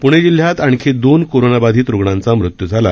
प्णे जिल्ह्यात आणखी दोन कोरोनाबाधित रुग्णांचा मृत्यू झाला